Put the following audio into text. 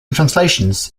translations